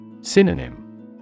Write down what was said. Synonym